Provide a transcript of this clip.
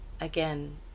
again